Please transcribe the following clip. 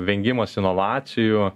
vengimas inovacijų